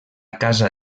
casa